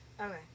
Okay